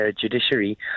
judiciary